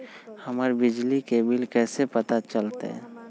हमर बिजली के बिल कैसे पता चलतै?